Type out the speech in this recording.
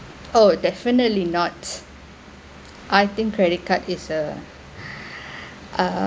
oh definitely not I think credit card is a uh